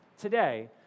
today